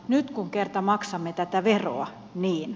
nyt kun kerta maksamme tätä veroa niin